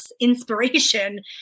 inspiration